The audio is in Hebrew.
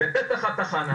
בפתח התחנה,